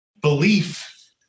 belief